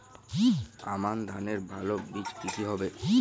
আমান ধানের ভালো বীজ কি কি হবে?